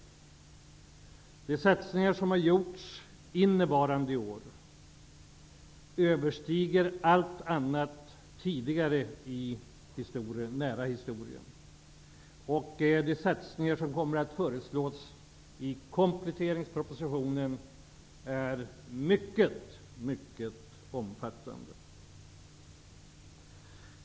De satsningar som har gjorts innevarande år överstiger allt annat i modern tid. De satsningar som kommer att föreslås i kompletteringspropositionen är mycket omfattande.